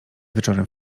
wieczorem